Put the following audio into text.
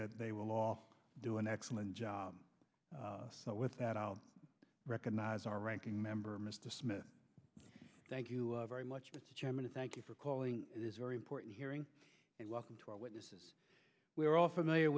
that they will all do an excellent job with that i'll recognize our ranking member mr smith thank you very much mr chairman thank you for calling it is very important hearing and welcome to our witnesses we are all familiar